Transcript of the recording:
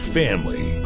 family